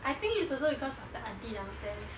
I think it's also because of the aunty downstairs